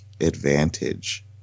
advantage